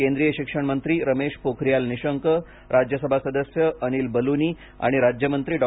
केंद्रीय शिक्षण मंत्री रमेश पोखरियाल निशंक राज्यसभा सदस्य अनिल बलूनी आणि राज्य मंत्री डॉ